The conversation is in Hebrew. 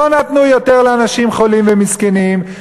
לא נתנו יותר לאנשים חולים ומסכנים,